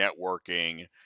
networking